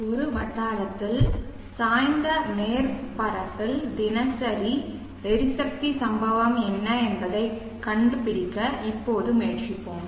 ஒரு வட்டாரத்தில் சாய்ந்த மேற்பரப்பில் தினசரி எரிசக்தி சம்பவம் என்ன என்பதைக் கண்டுபிடிக்க இப்போது முயற்சிப்போம்